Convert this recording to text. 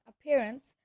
appearance